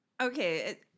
okay